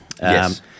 Yes